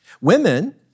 Women